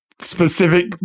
specific